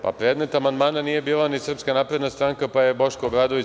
Predmet amandmana nije bila ni Srpska napredna stranka, pa je Boško Obradović…